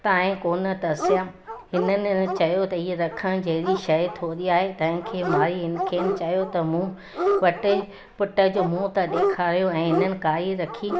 ताईं कोन तरसिया हिननि चयो त हीअ रखणु जहिड़ी शइ थोरी आहे तंहिं खे माई खेनि चयो त मूं वटि पुट जो मुंहं त ॾेखारियो ऐं हिननि काई रखी